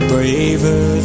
Braver